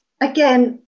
Again